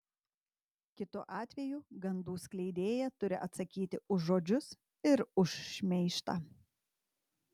kitu atveju gandų skleidėja turi atsakyti už žodžius ir už šmeižtą